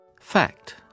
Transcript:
Fact